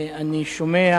אני שומע